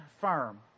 firm